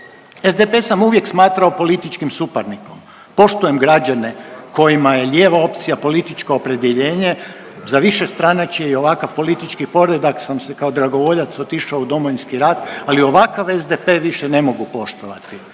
SDP sam uvijek smatrao političkim suparnikom, poštujem građane kojima je lijeva opcija političko opredjeljenje za višestranačje i ovakav politički poredak sam se kao dragovoljac otišao u Domovinski rat. Ali ovakav SDP više ne mogu poštovati.